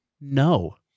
No